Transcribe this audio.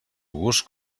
gust